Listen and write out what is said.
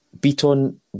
Beaton